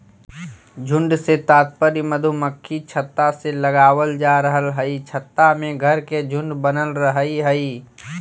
झुंड से तात्पर्य मधुमक्खी छत्ता से लगावल जा रहल हई छत्ता में घर के झुंड बनल रहई हई